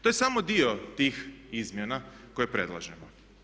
To je samo dio tih izmjena koje predlažemo.